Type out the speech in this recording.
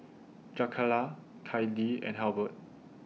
Jakayla Clydie and Halbert